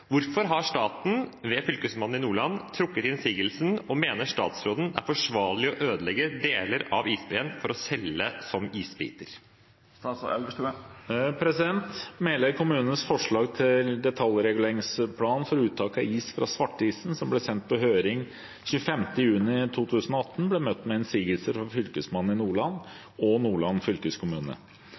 Hvorfor har staten, ved Fylkesmannen, trukket innsigelsen, og mener statsråden at det er forsvarlig å ødelegge deler av isbreen for å selge som isbiter?» Meløy kommunes forslag til detaljreguleringsplan for uttak av is fra Svartisen, som ble sendt på høring 25. juni 2018, ble møtt med innsigelse fra Fylkesmannen i Nordland og Nordland fylkeskommune.